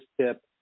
tip